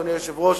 אדוני היושב-ראש,